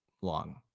long